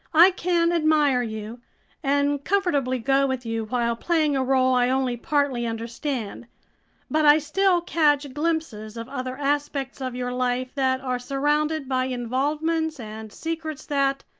i can admire you and comfortably go with you while playing a role i only partly understand but i still catch glimpses of other aspects of your life that are surrounded by involvements and secrets that,